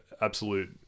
absolute